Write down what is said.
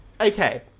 Okay